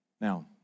Now